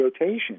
rotation